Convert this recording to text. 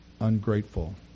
ungrateful